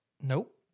Nope